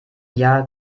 jahr